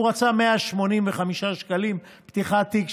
הוא רצה 185 שקלים פתיחת תיק,